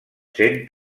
cent